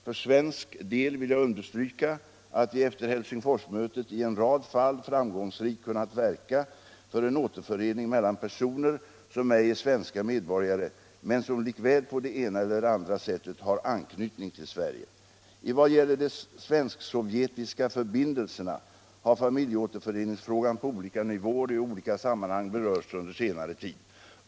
För svensk del vill jag understryka att vi efter Helsingforsmötet i en rad fall framgångsrikt kunnat verka för en återförening mellan personer 53 som ej är svenska medborgare men som likväl på det ena eller andra sättet har anknytning till Sverige. I vad gäller de svensk-sovjetiska förbindelserna har familjeåterföreningsfrågan på olika nivåer och i olika sammanhang berörts under senare tid.